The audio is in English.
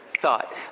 thought